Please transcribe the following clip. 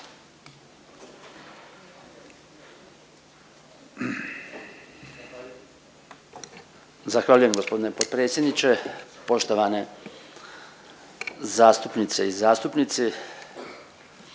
Zahvaljujem g. potpredsjedniče. Poštovane zastupnice i zastupnici.